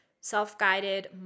self-guided